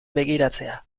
begiratzea